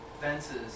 fences